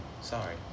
Sorry